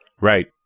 Right